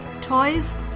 toys